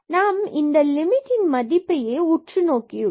நாம் இந்த லிமிட் இன் மதிப்பையே உற்றுநோக்கி உள்ளோம்